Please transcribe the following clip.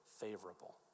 favorable